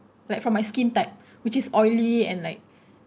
like from my skin type which is oily and like